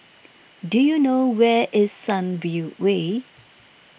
do you know where is Sunview Way